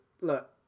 look